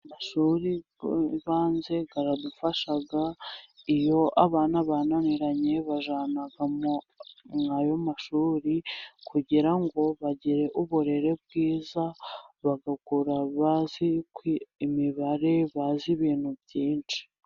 Amashuri yibanze aradufasha iyo abana bananiranye babajyana muri ayo mashuri kugira ngo bagire uburere bwiza bagakura bazi imibare, bazi ibintu byinshi.